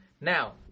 Now